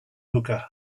hookah